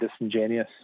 disingenuous